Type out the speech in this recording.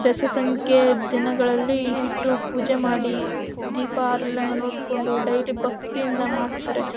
ಬೆಸಸಂಖ್ಯೆ ದಿನಗಳಲ್ಲಿ ಇಟ್ಟು ಪೂಜೆ ಮಾಡಿ ದೀಪ ಆರ್ಲಿಲ್ಲಂಗೆ ನೋಡಿಕೊಂಡು ಡೈಲಿ ಭಕ್ತಿಯಿಂದ ಮಾಡ್ತಾರೆ